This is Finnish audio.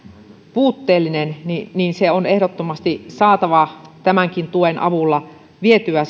puutteellinen on verkko ehdottomasti saatava tämänkin tuen avulla vietyä